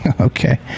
Okay